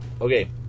okay